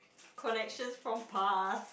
connections from past